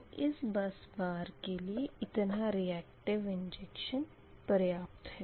तो इस बस बार के लिए इतना रीयक्टिव इंजेक्शन पर्याप्त है